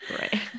Right